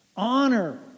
Honor